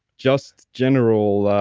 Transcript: just general,